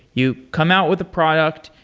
you come out with the product,